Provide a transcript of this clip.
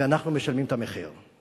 ואנחנו משלמים את המחיר.